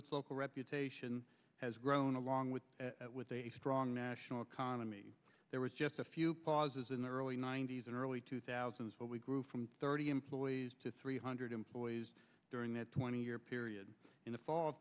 its local reputation has grown along with a strong national economy there was just a few pauses in the early ninety's and early two thousand but we grew from thirty employees to three hundred employees during that twenty year period in the fall